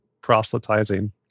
proselytizing